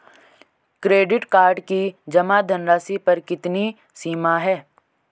Credit card की जमा धनराशि पर कितनी सीमा है?